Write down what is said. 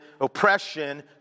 oppression